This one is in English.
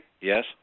Yes